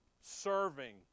serving